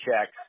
checks